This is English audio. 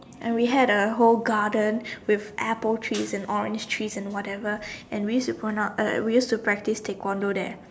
and we had a whole garden with apple trees and orange trees and whatever and we used to practice Taekwondo there